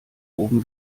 oben